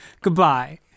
Goodbye